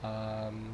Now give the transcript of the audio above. um